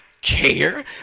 care